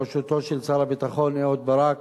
בראשותו של שר הביטחון אהוד ברק,